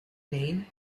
name